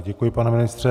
Děkuji, pane ministře.